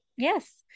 Yes